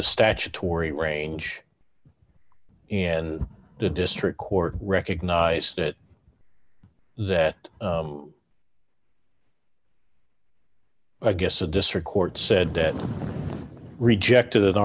the statutory range and the district court recognized it that i guess a district court said death rejected